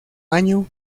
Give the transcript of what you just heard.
año